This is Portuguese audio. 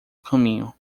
caminho